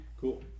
Cool